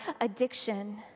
addiction